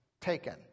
taken